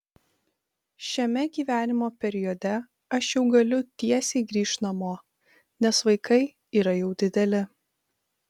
šiame gyvenimo periode aš jau galiu tiesiai grįžt namo nes vaikai yra jau dideli